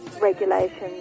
regulations